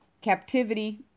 Captivity